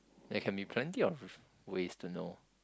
there can be plenty of ways to know